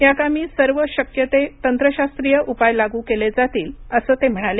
याकामी सर्व शक्य ते तंत्रशास्त्रीय उपाय लागू केले जातील असं ते म्हणाले